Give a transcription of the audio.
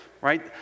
right